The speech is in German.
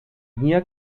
hier